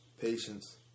patience